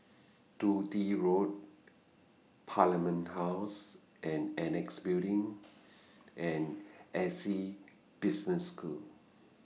Dundee Road Parliament House and Annexe Building and Essec Business School